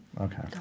Okay